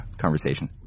conversation